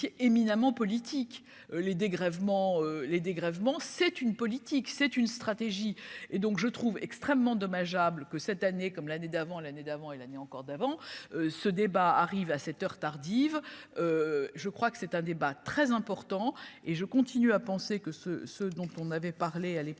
les dégrèvements les dégrèvements, c'est une politique, c'est une stratégie et donc je trouve extrêmement dommageable que cette année comme l'année d'avant l'année d'avant et l'année encore d'avant ce débat arrive à cette heure tardive, je crois que c'est un débat très important. Et je continue à penser que ce ce dont on avait parlé à l'époque